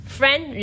friend